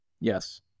Yes